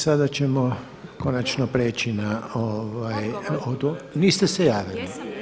Sada ćemo konačno prijeći na. … [[Upadica se ne razumije.]] Niste se javili.